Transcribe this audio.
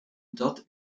dat